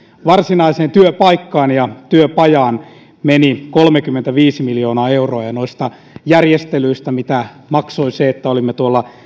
varsinaiseen työpaikkaamme ja työpajaamme meni kolmekymmentäviisi miljoonaa euroa ja noista järjestelyistä mitä maksoi se että olimme